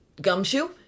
gumshoe